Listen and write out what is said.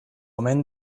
omen